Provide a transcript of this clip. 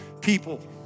people